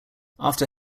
after